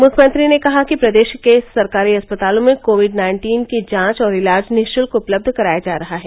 मुख्यमंत्री ने कहा कि प्रदेश के सरकारी अस्पतालों में कोविड नाइन्टीन की जांच और इलाज निःश्ल्क उपलब्ध कराया जा रहा है